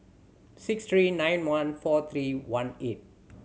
six three nine one four three one eight